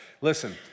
listen